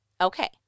Okay